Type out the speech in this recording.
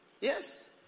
Yes